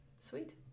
Sweet